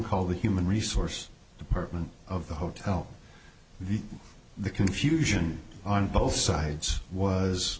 call the human resource department of the hotel the confusion on both sides was